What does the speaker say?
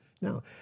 no